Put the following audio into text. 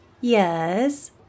Yes